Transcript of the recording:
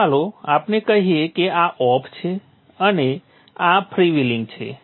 હવે ચાલો આપણે કહીએ કે આ ઓફ છે અને આ ફ્રીવ્હિલિંગ છે